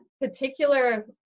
particular